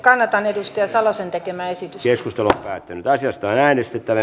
kannatan edustaja salosen tekemää ehdotusta